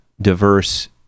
diverse